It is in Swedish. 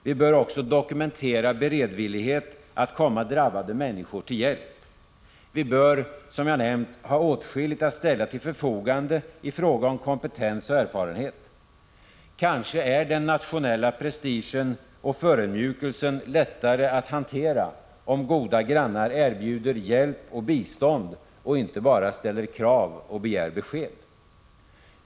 Vi bör också dokumentera beredvillighet att komma drabbade människor till hjälp. Vi bör, som jag nämnt, ha åtskilligt att ställa till förfogande i fråga om kompetens och erfarenhet. Kanske är den nationella prestigen och förödmjukelsen lättare att hantera om goda grannar erbjuder hjälp och bistånd och inte bara ställer krav och begär besked.